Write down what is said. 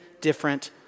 different